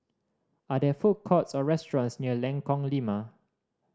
are there food courts or restaurants near Lengkong Lima